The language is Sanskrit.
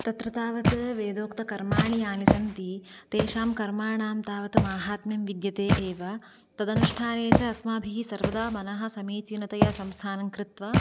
तत्र तावत् वेदोक्तकर्माणि यानि सन्ति तेषां कर्मणां तावत् माहात्म्यं विद्यते एव तदनुष्ठाने च अस्माभिः सर्वदा मनः समीचीनतया संस्थानं कृत्वा